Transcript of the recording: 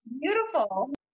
beautiful